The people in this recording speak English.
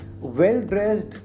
well-dressed